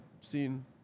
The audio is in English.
seen